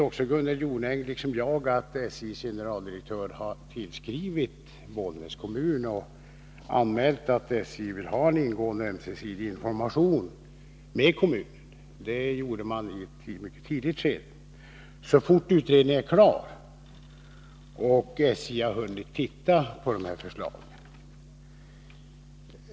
Också Gunnel Jonäng vet att SJ:s generaldirektör, i ett mycket tidigt skede, tillskrev Bollnäs kommun och anmälde att SJ vill ha ett ingående och ömesidigt informationsutbyte med kommunen så fort utredningen är klar och SJ har hunnit studera dess förslag.